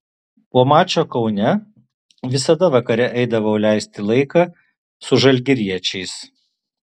po mačo kaune visada vakare eidavau leisti laiką su žalgiriečiais